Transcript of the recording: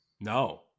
No